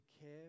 care